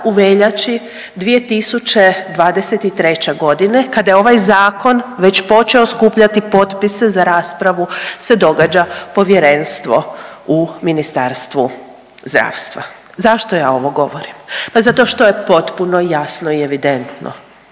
u veljači 2023. g. kada je ovaj Zakon već počeo skupljati potpise za raspravu se događa povjerenstvo u Ministarstvu zdravstva. Zašto ja ovo govorim? Pa zato što je potpuno jasno i evidentno